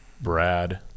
Brad